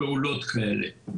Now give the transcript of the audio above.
זו טכנולוגיה יקרה ביותר.